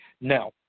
No